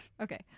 Okay